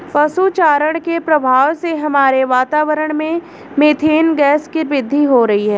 पशु चारण के प्रभाव से हमारे वातावरण में मेथेन गैस की वृद्धि हो रही है